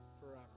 forever